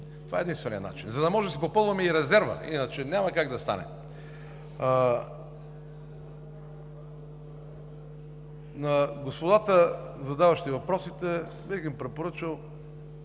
това е единственият начин, за да може да си попълваме и резерва, иначе няма как да стане. На господата, задаващи въпросите, бих им препоръчал